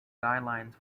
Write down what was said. guidelines